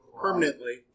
permanently